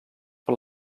per